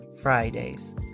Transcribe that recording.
Fridays